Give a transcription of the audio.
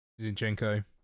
Zinchenko